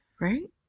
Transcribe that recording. right